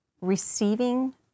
receiving